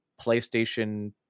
PlayStation